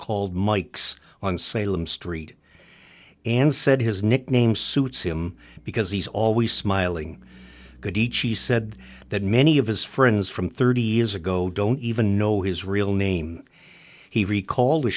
called mike's on salem street and said his nickname suits him because he's always smiling he said that many of his friends from thirty years ago don't even know his real name he recall